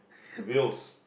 the wheels